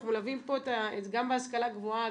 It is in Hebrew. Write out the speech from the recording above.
אנחנו מלווים גם בהשכלה הגבוהה.